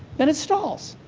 then it stalls.